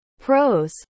Pros